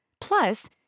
Plus